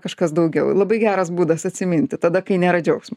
kažkas daugiau labai geras būdas atsiminti tada kai nėra džiaugsmo